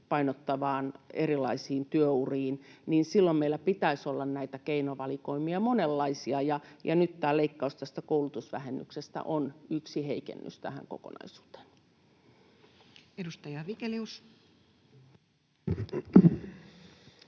painottaviin erilaisiin työuriin, niin silloin meillä pitäisi olla näitä keinovalikoimia monenlaisia, ja nyt tämä leikkaus koulutusvähennyksestä on yksi heikennys tähän kokonaisuuteen. [Speech